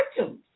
iTunes